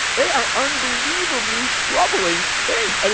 they are unbelievably troubling things. i mean